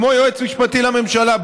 כמו שיועץ משפטי לממשלה,